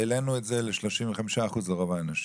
העלנו את זה ל-35% לרוב האנשים.